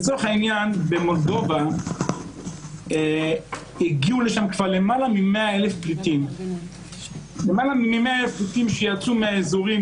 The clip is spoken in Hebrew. לצורך העניין למולדובה הגיעו כבר למעלה מ-100,00 פליטים שיצאו מהאזורים,